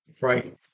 Right